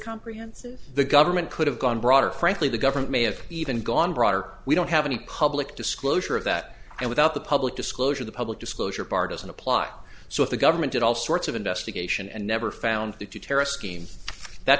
comprehensive the government could have gone broader frankly the government may have even gone broader we don't have any public disclosure of that and without the public disclosure the public disclosure partisan a plot so if the government did all sorts of investigation and never found the terrorists again that